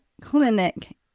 clinic